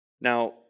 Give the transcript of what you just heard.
Now